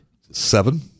Seven